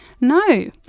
No